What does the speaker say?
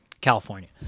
California